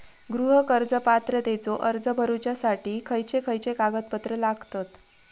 गृह कर्ज पात्रतेचो अर्ज भरुच्यासाठी खयचे खयचे कागदपत्र लागतत?